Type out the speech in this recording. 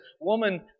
Woman